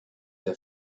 der